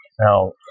Now